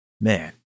man